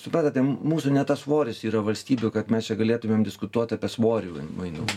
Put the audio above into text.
suprantate m mūsų ne tas svoris yra valstybių kad mes čia galėtumėm diskutuot apie svorį mainų